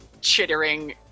chittering